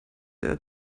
der